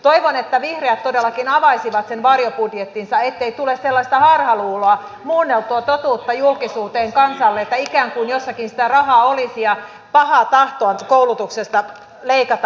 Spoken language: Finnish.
toivon että vihreät todellakin avaisivat sen varjobudjettinsa ettei tule sellaista harhaluuloa muunneltua totuutta julkisuuteen kansalle että ikään kuin jossakin sitä rahaa olisi ja että on pahaa tahtoa kun koulutuksesta leikataan